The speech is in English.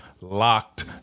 locked